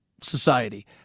society